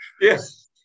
Yes